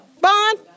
Bond